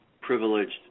privileged